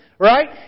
Right